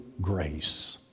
grace